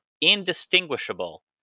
indistinguishable